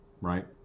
right